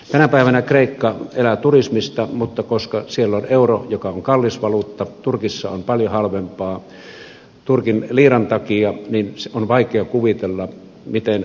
tänä päivänä kreikka elää turismista mutta koska siellä on euro joka on kallis valuutta turkissa on paljon halvempaa turkin liiran takia niin on vaikea kuvitella miten kreikka selviää